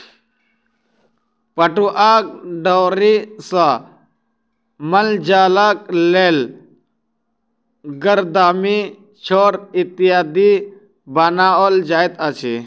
पटुआक डोरी सॅ मालजालक लेल गरदामी, छोड़ इत्यादि बनाओल जाइत अछि